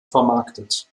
vermarktet